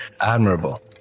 admirable